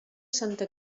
santa